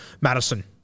Madison